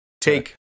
Take